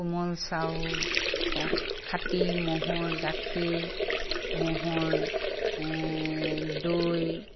কোমল চাউল খাটি ম'হৰ গাখীৰ ম'হৰ দৈ